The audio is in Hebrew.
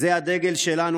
זה הדגל שלנו,